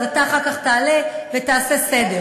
אתה אחר כך תעלה ותעשה סדר.